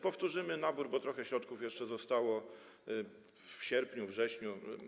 Powtórzymy nabór, bo trochę środków jeszcze zostało, w sierpniu, we wrześniu.